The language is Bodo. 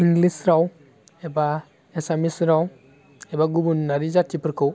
इंलिज राव एबा एसामिस राव एबा गुबुनारि जातिफोरखौ